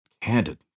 candid